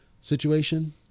situation